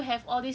ya then